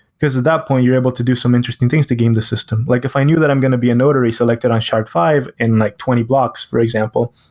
because at that point you're able to do some interesting things to game the system. like if i knew that i'm going to be a notary selected on shard five in like twenty blocks, for example,